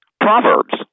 Proverbs